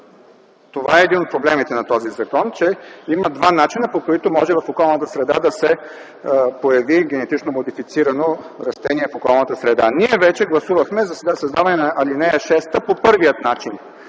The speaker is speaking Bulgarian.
пазара. Един от проблемите на този закон е, че има два начина, по които може в околната среда да се появи генетично модифицирано растение. Ние вече гласувахме за създаване на ал. 6 по първия начин